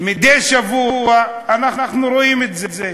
מדי שבוע אנחנו רואים את זה.